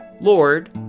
Lord